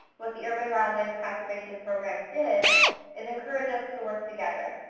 what the urban wildlife conservation program did is encourage us to work together.